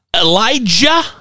Elijah